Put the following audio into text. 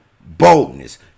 boldness